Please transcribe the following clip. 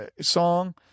song